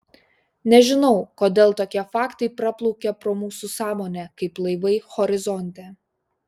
nežinau kodėl tokie faktai praplaukia pro mūsų sąmonę kaip laivai horizonte